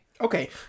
Okay